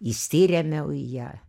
įsirėmiau į ją